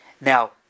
Now